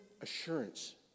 assurance